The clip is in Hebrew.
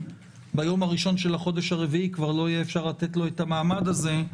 ביום הראשון של החודש הרביעי כבר לא יהיה אפשר לתת לו את המענה הזה,